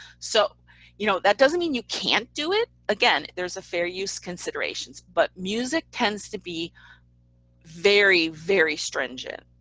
so you know that doesn't mean you can't do it again, there's a fair use considerations, but music tends to be very, very stringent.